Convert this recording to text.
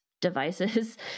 devices